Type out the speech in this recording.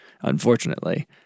unfortunately